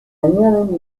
añaden